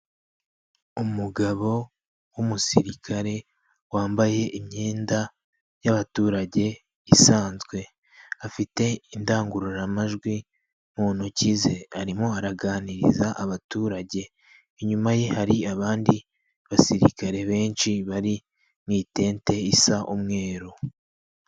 Umugabo w'umusirikare wambaye imyenda y'abaturage isanzwe, afite indangururamajwi mu ntoki ze, arimo araganiriza abaturage inyuma ye hari abandi basirikare benshi bari mu itente isa umweru.